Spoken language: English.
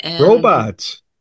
Robots